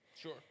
Sure